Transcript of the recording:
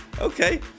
okay